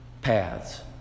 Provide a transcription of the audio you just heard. paths